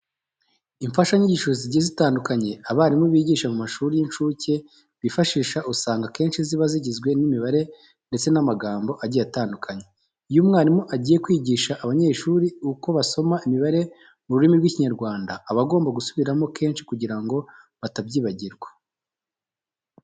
Imfashanyigisho zigiye zitandukanye abarimu bigisha mu mashuri y'incuke bifashisha usanga akenshi ziba zigizwe n'imibare ndetse n'amagambo agiye atandukanye. Iyo umwarimu agiye kwigisha abanyeshuri uko basoma imibare mu rurimi rw'Ikinyarwanda, aba agomba gusubiramo kenshi kugira ngo batabyibagirwa.